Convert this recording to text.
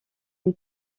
une